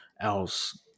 else